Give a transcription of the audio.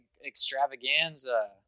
extravaganza